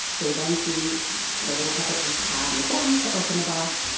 they then see the little puppet, he's trying again to open the box,